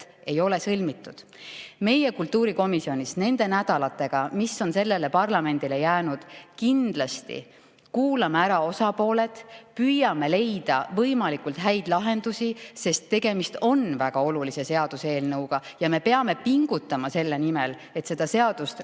ei ole sõlmitud. Meie kultuurikomisjonis nende nädalatega, mis on sellele parlamendile jäänud, kindlasti kuulame ära osapooled, püüame leida võimalikult häid lahendusi, sest tegemist on väga olulise seaduseelnõuga ja me peame pingutama selle nimel, et see seadus